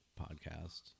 podcast